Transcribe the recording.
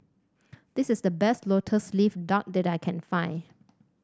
this is the best lotus leaf duck that I can find